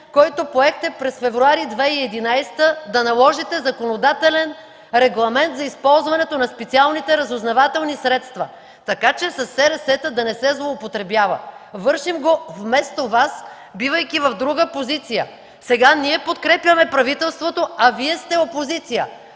който поехте през февруари 2011 г. – да наложите законодателен регламент за използването на специалните разузнавателни средства, така че със СРС-та да не се злоупотребява! Вършим го вместо Вас, бивайки в друга позиция. Сега ние подкрепяме правителството, а Вие сте опозиция.